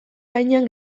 gainean